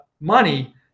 money